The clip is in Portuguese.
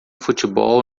futebol